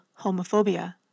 homophobia